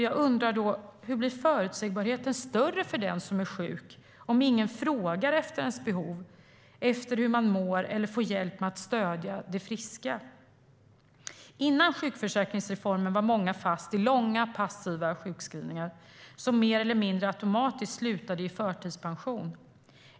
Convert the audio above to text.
Jag undrar då hur förutsägbarheten blir större för en som är sjuk om ingen frågar efter ens behov eller efter hur man mår och man inte får hjälp med att stödja det friska. Innan sjukförsäkringsreformen var många fast i långa, passiva sjukskrivningar som mer eller mindre automatiskt slutade i förtidspension.